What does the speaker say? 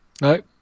No